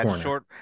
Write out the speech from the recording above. short